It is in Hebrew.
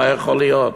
מה יכול להיות.